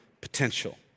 potential